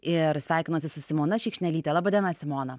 ir sveikinuosi su simona šikšnelyte laba diena simona